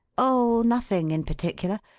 oh, nothing in particular.